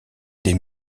des